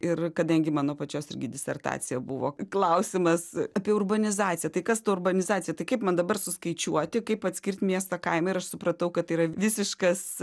ir kadangi mano pačios irgi disertacija buvo klausimas apie urbanizaciją tai kas ta urbanizacija tai kaip man dabar suskaičiuoti kaip atskirt miestą kaimą ir aš supratau kad tai yra visiškas